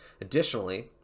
Additionally